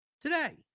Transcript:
Today